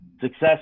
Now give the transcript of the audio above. Success